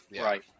right